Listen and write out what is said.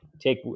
take